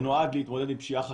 שנועד להתמודד עם פשיעה חקלאית,